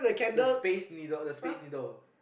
the space needle the space needle